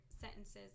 sentences